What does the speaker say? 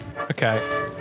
Okay